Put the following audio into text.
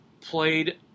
played